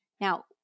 Now